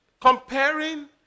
Comparing